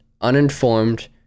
uninformed